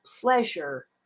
pleasure